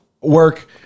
work